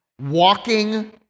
walking